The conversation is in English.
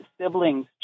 siblings